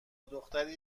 دختری